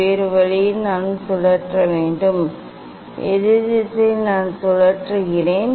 வேறு வழியில் நான் சுழற்ற வேண்டும் எதிர் திசையில் நான் எதிர் திசையில் சுழல்கிறேன்